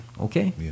Okay